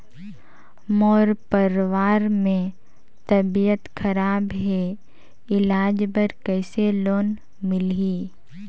मोर परवार मे तबियत खराब हे इलाज बर कइसे लोन मिलही?